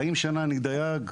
40 שנה אני דייג.